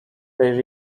they